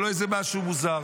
זה לא איזה משהו מוזר.